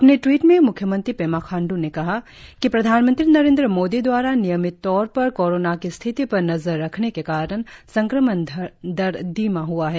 अपने ट्वीट में म्ख्यमंत्री पेमा खांड्र ने कहा कि प्रधानमंत्री नरेंद्र मोदी द्वारा नियमित तौर पर कोरोना की स्थिति पर नजर रखने के कारण संक्रमण दर धीमा हुआ है